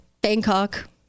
bangkok